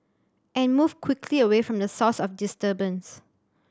and move quickly away from the source of the disturbance